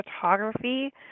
photography